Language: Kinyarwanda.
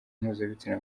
mpuzabitsina